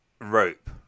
rope